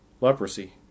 leprosy